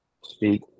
Speak